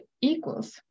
equals